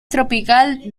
tropical